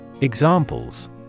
Examples